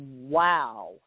wow